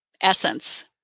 essence